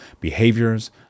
behaviors